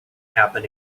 happen